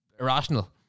irrational